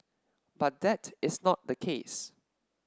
but that is not the case